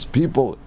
people